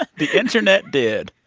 ah the internet did.